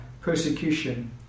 persecution